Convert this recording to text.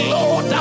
Lord